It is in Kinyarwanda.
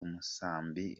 umusambi